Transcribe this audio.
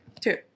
Two